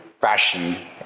fashion